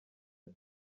ati